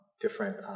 different